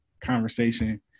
conversation